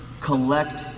collect